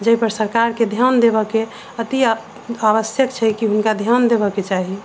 जाहि पर सरकारके ध्यान देबऽके अति आवश्यक छै कि हुनका ध्यान देबऽके चाही